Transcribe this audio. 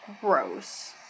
gross